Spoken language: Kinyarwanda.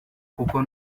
kuko